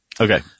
Okay